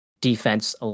defense